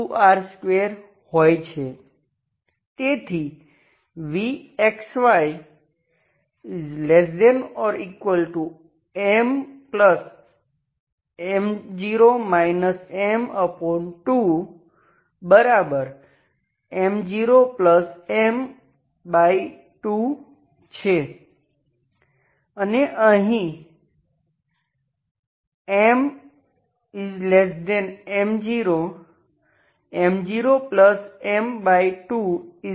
તેથી vxyMM0 M2M0M2છે અને અહીં MM0 M0M2M0 છે